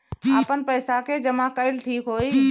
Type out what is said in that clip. आपन पईसा के जमा कईल ठीक होई?